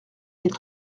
mille